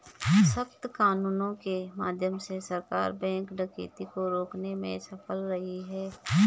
सख्त कानूनों के माध्यम से सरकार बैंक डकैती को रोकने में सफल रही है